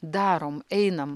darom einam